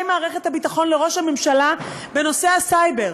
מערכת הביטחון לראש הממשלה בנושא הסייבר.